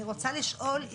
אני רוצה לשאול,